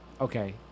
okay